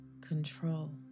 control